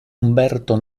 umberto